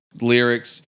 lyrics